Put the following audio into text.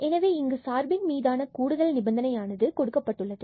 எனவே இங்கு சார்பின் மீதான கூடுதல் நிபந்தனை ஆனது கொடுக்கப்பட்டுள்ளது